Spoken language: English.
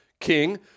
king